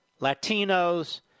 Latinos